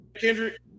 Kendrick